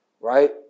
right